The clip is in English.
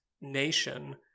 nation